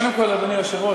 כרגע בלי זמן.